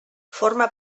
forma